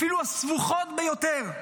אפילו הסבוכות ביותר,